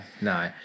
no